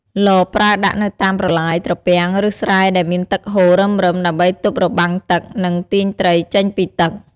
លបប្រើដាក់នៅតាមប្រឡាយ ត្រពាំង ឬស្រែដែលមានទឹកហូររឹមៗ ដើម្បីទប់របាំងទឹក និងទាញត្រីចេញពីទឹក។